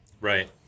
Right